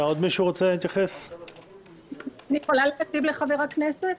אני יכולה לענות לחבר הכנסת?